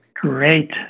great